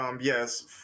Yes